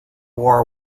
wore